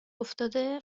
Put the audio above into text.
افتاده